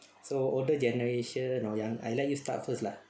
so older generation or young I let you start first lah